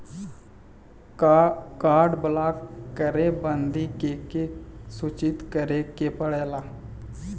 Card block करे बदी के के सूचित करें के पड़ेला?